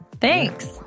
thanks